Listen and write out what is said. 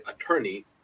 attorney